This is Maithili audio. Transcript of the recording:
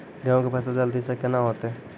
गेहूँ के फसल जल्दी से के ना होते?